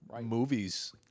movies